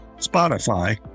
Spotify